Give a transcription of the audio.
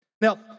Now